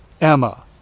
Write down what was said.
Emma